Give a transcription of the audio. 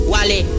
Wally